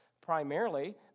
primarily